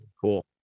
cool